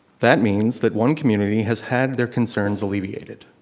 that means that one community has had their concerns alleviated.